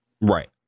Right